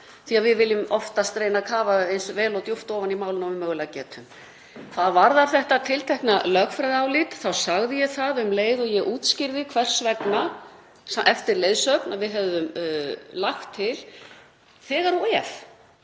því að við viljum oftast reyna að kafa eins vel og djúpt ofan í mál og við mögulega getum. Hvað varðar þetta tiltekna lögfræðiálit þá sagði ég það um leið og ég útskýrði hvers vegna, eftir leiðsögn, að við hefðum lagt þetta til þegar og ef